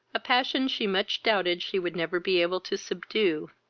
a passion she much doubted she would never be able to subdue,